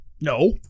No